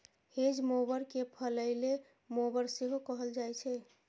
hedge mower कें फलैले mower सेहो कहल जाइ छै